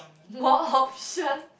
more options